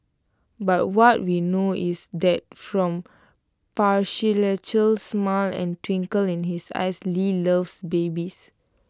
but what we know is that from patriarchal smile and twinkle in his eyes lee loves babies